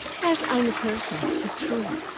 as i'm a person, tis true.